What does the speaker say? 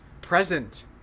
present